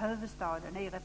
Där